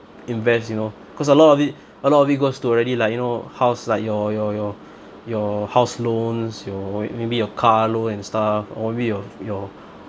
invest you know because a lot of it a lot of it goes to already like you know house like your your your your house loans your maybe your car loan and stuff or maybe your your